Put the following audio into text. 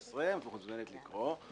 17, את מוזמנת לקרוא,